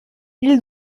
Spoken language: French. ils